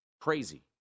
crazy